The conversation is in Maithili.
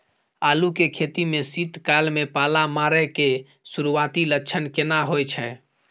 आलू के खेती में शीत काल में पाला मारै के सुरूआती लक्षण केना होय छै?